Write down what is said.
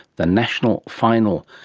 the national final.